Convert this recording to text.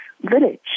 village